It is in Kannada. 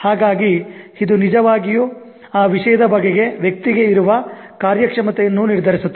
ಹಾಗಾಗಿ ಇದು ನಿಜವಾಗಿಯೂ ಆ ವಿಷಯದ ಬಗೆಗೆ ವ್ಯಕ್ತಿಗೆ ಇರುವ ಕಾರ್ಯಕ್ಷಮತೆಯನ್ನು ನಿರ್ಧರಿಸುತ್ತದೆ